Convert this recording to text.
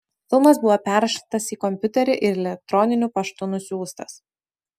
filmas buvo perrašytas į kompiuterį ir elektroniniu paštu nusiųstas